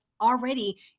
already